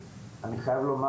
אני חייב לומר